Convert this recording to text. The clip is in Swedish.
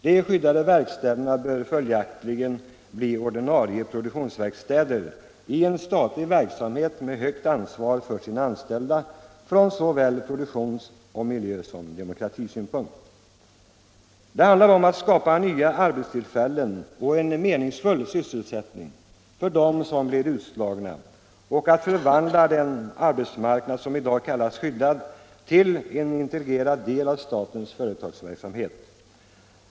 De skyddade verkstäderna bör följaktligen bli ordinarie produktionsverkstäder i en statlig verksamhet med högt ansvar för sina anställda från såväl produktionssom miljöoch demokratisynpunkt. Det handlar om att skapa nya arbetstillfällen och en meningsfull sysselsättning för dem som blir utslagna och att förvandla den arbetsmarknad som i dag kallas skyddad till en integrerad del av statens företagsverksamhet.